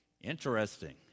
Interesting